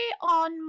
on